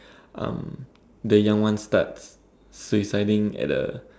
um the young ones starts suiciding at a